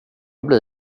bli